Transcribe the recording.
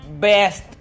best